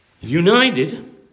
united